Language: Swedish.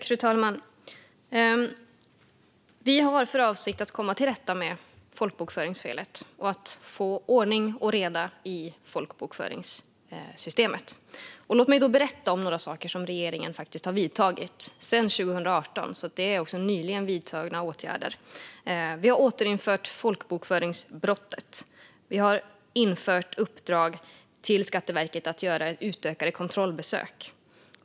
Fru talman! Vi har för avsikt att komma till rätta med folkbokföringsfelet och att få ordning och reda i folkbokföringssystemet. Låt mig då berätta om några saker som regeringen faktiskt har gjort sedan 2018. Det är alltså nyligen vidtagna åtgärder. Vi har återinfört folkbokföringsbrottet. Vi har gett Skatteverket i uppdrag att göra utökade kontrollbesök.